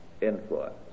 influence